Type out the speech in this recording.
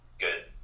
good